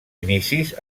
inicis